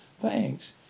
Thanks